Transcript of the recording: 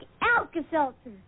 Alka-Seltzer